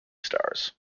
stars